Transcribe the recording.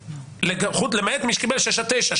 והלאה למעט מי שקיבל שש עד תשע,